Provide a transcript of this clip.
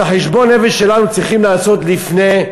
את חשבון הנפש שלנו צריכים לעשות לפני,